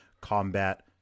combat